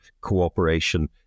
cooperation